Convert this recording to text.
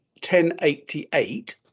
1088